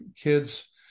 kids